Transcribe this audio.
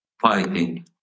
fighting